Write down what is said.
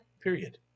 Period